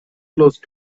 close